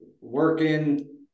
working